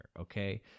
okay